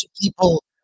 people